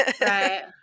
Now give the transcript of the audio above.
Right